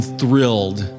thrilled